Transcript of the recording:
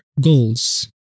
goals